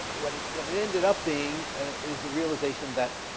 what it what it ended up being is the realization that